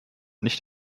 nicht